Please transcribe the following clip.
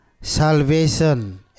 salvation